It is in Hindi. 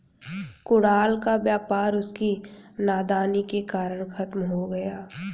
कुणाल का व्यापार उसकी नादानी के कारण खत्म हो गया